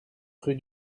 rue